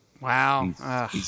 Wow